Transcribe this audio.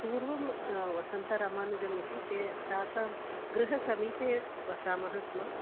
पूर्वं वसन्तरामानुजम् इति ते तेषां गृहसमीपे वसामः स्म